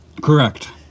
Correct